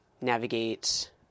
navigate